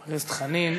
חבר הכנסת חנין,